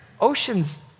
Oceans